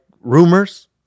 rumors